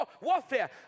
warfare